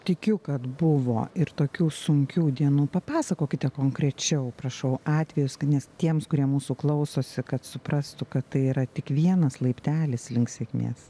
tikiu kad buvo ir tokių sunkių dienų papasakokite konkrečiau prašau atvejus nes tiems kurie mūsų klausosi kad suprastų kad tai yra tik vienas laiptelis link sėkmės